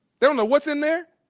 they don't know what's in it.